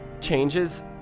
changes